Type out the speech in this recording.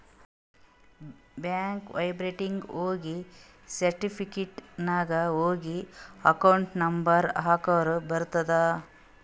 bank ವೆಬ್ಸೈಟ್ನಾಗ ಹೋಗಿ certificate ನಾಗ್ ಹೋಗಿ ಅಕೌಂಟ್ ನಂಬರ್ ಹಾಕುರ ಬರ್ತುದ್